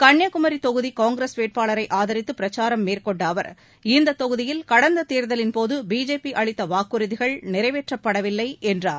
கன்னியாகுமரி தொகுதி காங்கிரஸ் வேட்பாளரை ஆதரித்து பிரச்சாரம் மேற்கொண்ட அவர் இத்தொகுதியில் கடந்த தேர்தலின் போது பிஜேபி அளித்த வாக்குறுதிகள் நிறைவேற்றப்படவில்லை என்றார்